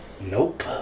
Nope